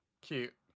cute